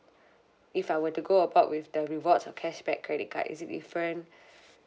if I were to go about with the rewards or cashback credit card is it different